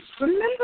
remember